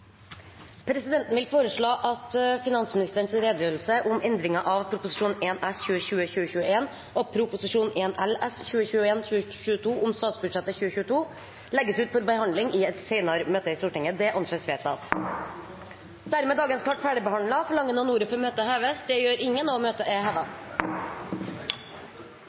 Presidenten vil foreslå at finansministerens redegjørelse om endringer av Prop. 1 S for 2021–2022 og Prop. 1 LS for 2021–2022 om statsbudsjettet 2022 legges ut for behandling i et senere møte i Stortinget. – Det anses vedtatt. Dermed er dagens kart ferdigbehandlet. Forlanger noen ordet før møtet heves? – Møtet er